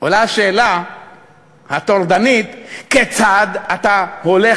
עולה השאלה הטורדנית: כיצד אתה הולך